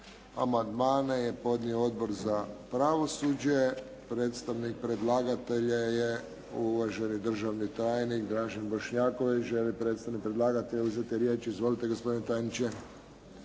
Amandmane je podnio Odbor za pravosuđe. Predstavnik predlagatelja je uvaženi državni tajnik Dražen Bošnjaković. Želi li predstavnik predlagatelja uzeti riječ? Izvolite gospodine tajniče.